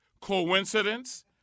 Coincidence